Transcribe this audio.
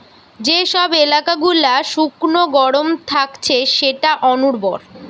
যে সব এলাকা গুলা শুকনো গরম থাকছে সেটা অনুর্বর